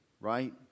right